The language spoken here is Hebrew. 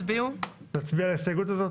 נעבור להצביע על נוסח הצעת